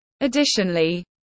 Additionally